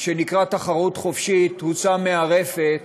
שנקרא "תחרות חופשית" הוצא מהרפת,